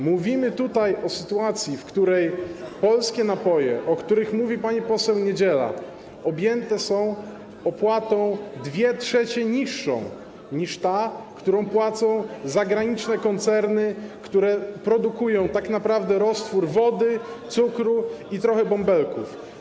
Mówimy tutaj o sytuacji, w której polskie napoje, o których mówi pani poseł Niedziela, objęte są opłatą 2/3 niższą niż ta, którą płacą zagraniczne koncerny, które produkują tak naprawdę roztwór wody i cukru zawierający trochę bąbelków.